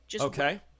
Okay